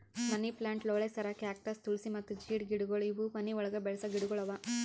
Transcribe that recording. ಮನಿ plant, ಲೋಳೆಸರ, cactus, ತುಳ್ಸಿ ಮತ್ತ ಜೀಡ್ ಗಿಡಗೊಳ್ ಇವು ಮನಿ ಒಳಗ್ ಬೆಳಸ ಗಿಡಗೊಳ್ ಅವಾ